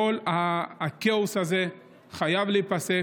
כל הכאוס הזה חייב להיפסק,